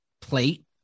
plate